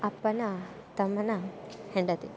ಅಪ್ಪನ ತಮ್ಮನ ಹೆಂಡತಿ